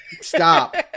Stop